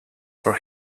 for